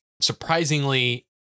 surprisingly